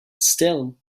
still